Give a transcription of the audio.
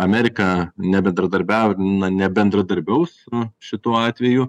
amerika nebendradarbiau na nebendradarbiaus u šituo atveju